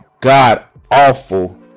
god-awful